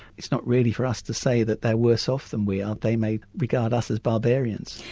it's not really for us to say that they're worse off than we are, they may regard us as barbarians.